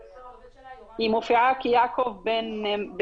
ומה עוד אפשר לעשות כדי להעלות